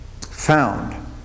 found